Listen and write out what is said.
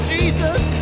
Jesus